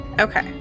okay